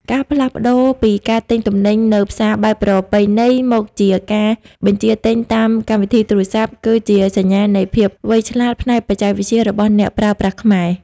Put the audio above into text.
ការផ្លាស់ប្តូរពីការទិញទំនិញនៅផ្សារបែបប្រពៃណី មកជាការបញ្ជាទិញតាមកម្មវិធីទូរស័ព្ទ គឺជាសញ្ញាណនៃភាពវៃឆ្លាតផ្នែកបច្ចេកវិទ្យារបស់អ្នកប្រើប្រាស់ខ្មែរ។